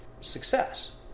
success